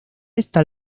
está